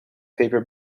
paper